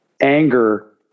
anger